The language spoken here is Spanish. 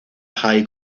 jay